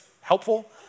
helpful